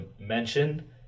mention